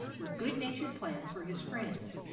with good-natured plans for his friends,